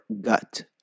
gut